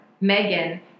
Megan